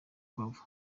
quavo